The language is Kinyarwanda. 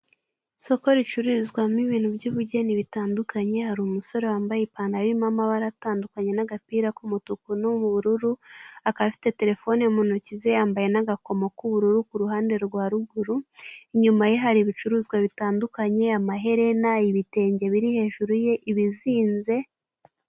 Isoko ricuruzwamo ibintu by'ubugeni bitandukanye hari umusore wambaye ipantaro irimo amabara atandukanye n'agapira k'umutuku, n'ubururu akaba afite telefone mu ntoki ze yambaye n'agakomo k'ubururu kuruhande rwa ruguru inyuma ye hari ibicuruzwa bitandukanye amaherena, ibitenge biri hejuru y’ ibizinze.